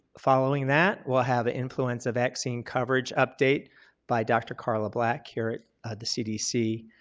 following that we'll have an influenza vaccine coverage update by dr. carla black here at the cdc.